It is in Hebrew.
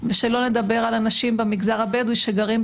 ולמעשה בהצעה שעכשיו מונחת